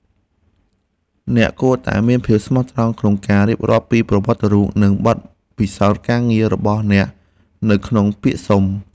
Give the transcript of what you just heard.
អ្នកគួរតែមានភាពស្មោះត្រង់ក្នុងការរៀបរាប់ពីប្រវត្តិរូបនិងបទពិសោធន៍ការងាររបស់អ្នកនៅក្នុងពាក្យសុំ។